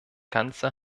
ganze